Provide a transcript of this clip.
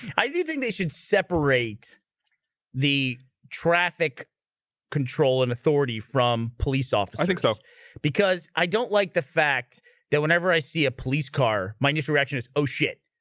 i do think they should separate the traffic control and authority from police office i think so because i don't like the fact that whenever i see a police car my initial reaction is oh shit